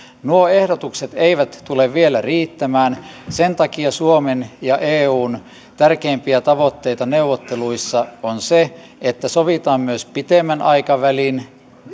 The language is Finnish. nuo ehdotukset eivät tule vielä riittämään sen takia suomen ja eun tärkeimpiä tavoitteita neuvotteluissa on se että sovitaan myös pitemmän aikavälin